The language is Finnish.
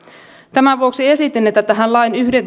tämän vuoksi esitin että tähän lain